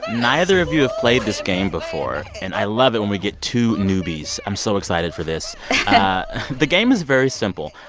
neither of you have played this game before. and i love it when we get two newbies. i'm so excited for this the game is very simple.